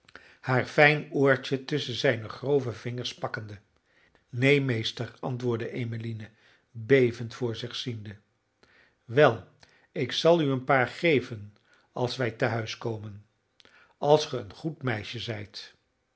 haar fijn oortje tusschen zijne grove vingers pakkende neen meester antwoordde emmeline bevend voor zich ziende wel ik zal u een paar geven als wij tehuis komen als ge een goed meisje zijt